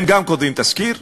הם גם כותבים תסקיר,